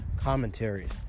commentaries